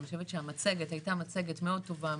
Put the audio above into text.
אני חושבת שהמצגת הייתה מאוד טובה,